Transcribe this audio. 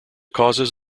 causes